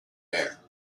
bare